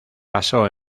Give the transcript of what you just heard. pasó